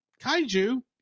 kaiju